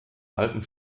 alten